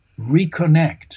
reconnect